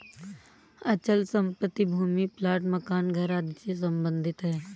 अचल संपत्ति भूमि प्लाट मकान घर आदि से सम्बंधित है